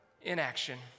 inaction